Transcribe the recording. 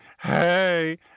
hey